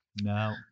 No